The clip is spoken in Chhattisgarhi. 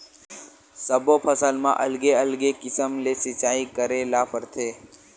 सब्बो फसल म अलगे अलगे किसम ले सिचई करे ल परथे